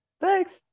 Thanks